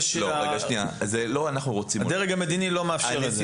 אבל הדרג המדיני לא מאפשר את זה.